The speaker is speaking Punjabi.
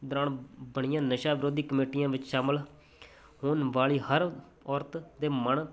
ਦੌਰਾਨ ਬਣੀਆਂ ਨਸ਼ਾ ਵਿਰੋਧੀ ਕਮੇਟੀਆਂ ਵਿੱਚ ਸ਼ਾਮਿਲ ਹੋਣ ਵਾਲੀ ਹਰ ਔਰਤ ਦੇ ਮਨ